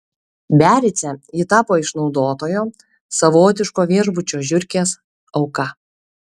biarice ji tapo išnaudotojo savotiško viešbučio žiurkės auka